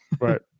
right